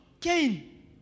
Cain